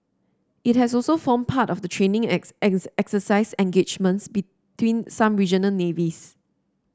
it has also formed part of the training exercise engagements between some regional navies